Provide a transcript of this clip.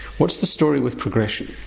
what's the story with progression?